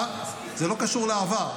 זה לא קשור לאהבה.